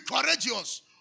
courageous